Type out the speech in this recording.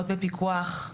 להיות בפיקוח,